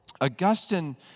Augustine